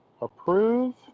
approve